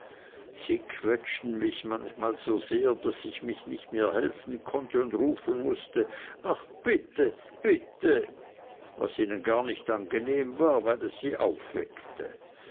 sie quetschten mich manchmal so sehr daß ich mir nicht mehr helfen konnte und rufen mußte ach bitte bitte was ihnen gar nicht angenehm war weil es sie